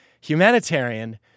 humanitarian